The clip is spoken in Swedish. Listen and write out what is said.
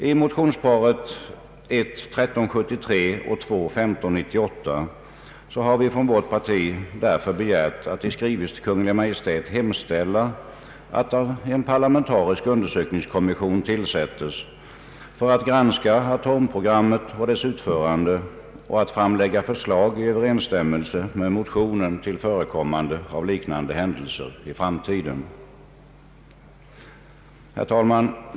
I motionsparet I: 1373 och II:1598 har vi därför från vårt parti begärt att riksdagen måtte i skrivelse till Kungl. Maj:t hemställa att en parlamentarisk undersökningskommission tillsättes för att granska atomprogrammet och dess utförande och att framlägga förslag i överensstämmelse med motionen till Herr talman!